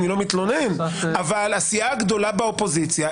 אני לא מתלונן אבל הסיעה הגדולה באופוזיציה,